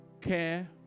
care